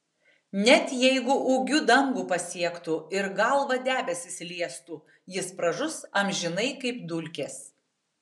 net jeigu ūgiu dangų pasiektų ir galva debesis liestų jis pražus amžinai kaip dulkės